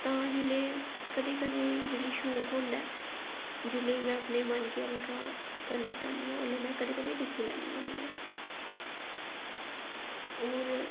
तां जेल्लै कदें कदें जेल्लै शौक होंदा ऐ जेल्लै में अपने मन गी हल्का करना चाह्न्नी आं ओल्लै में कदें कदें लिखी लैन्नी होन्नी आं होर